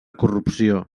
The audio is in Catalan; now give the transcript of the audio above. corrupció